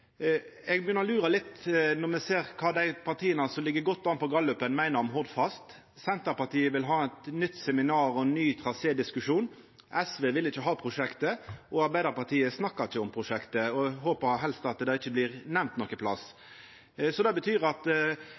Eg begynner å lura litt når eg ser kva dei partia som ligg godt an på gallupen, meiner om Hordfast. Senterpartiet vil ha eit nytt seminar og ein ny trasédiskusjon, SV vil ikkje ha prosjektet, og Arbeidarpartiet snakkar ikkje om prosjektet og håper helst at det ikkje blir nemnt nokon plass. Det betyr at